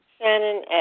Shannon